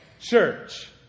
church